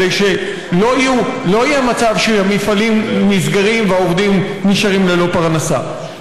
כדי שלא יהיה מצב שמפעלים נסגרים והעובדים נשארים ללא פרנסה.